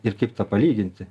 ir kaip tą palyginti